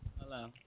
hello